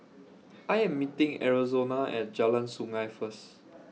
I Am meeting Arizona At Jalan Sungei First